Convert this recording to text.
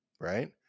Right